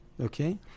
okay